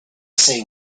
say